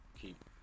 keep